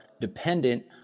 dependent